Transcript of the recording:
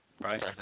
right